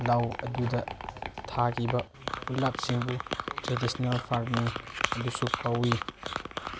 ꯂꯧ ꯑꯗꯨꯗ ꯊꯥꯈꯤꯕ ꯄꯨꯂꯞꯁꯤꯡꯕꯨ ꯇ꯭ꯔꯦꯗꯤꯁꯅꯦꯜ ꯐꯥꯔꯃꯤꯡ ꯑꯗꯨꯁꯨ ꯀꯧꯋꯤ